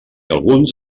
alguns